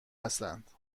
هستند